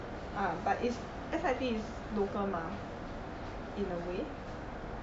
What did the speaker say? ah but is S_I_T is local mah in a way